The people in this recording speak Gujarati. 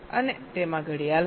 અને તેમાં ઘડિયાળ હશે